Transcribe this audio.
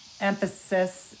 emphasis